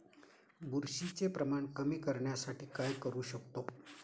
बुरशीचे प्रमाण कमी करण्यासाठी काय करू शकतो?